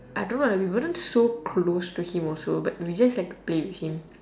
I don't know lah we weren't so close to him also but we just like to play with him